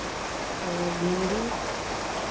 तो भिंडी